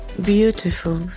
Beautiful